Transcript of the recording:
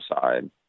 side